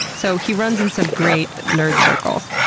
so he runs in some great nerd circles.